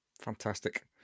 Fantastic